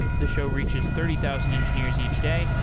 the show reaches thirty thousand engineers each day,